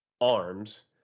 arms